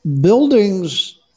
buildings